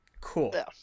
Cool